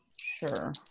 Sure